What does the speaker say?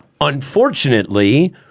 Unfortunately